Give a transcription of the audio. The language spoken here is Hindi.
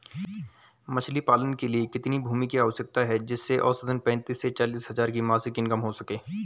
मछली पालन के लिए कितनी भूमि की आवश्यकता है जिससे औसतन पैंतीस से चालीस हज़ार मासिक इनकम हो सके?